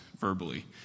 verbally